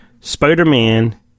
Spider-Man